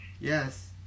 Yes